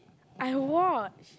I watch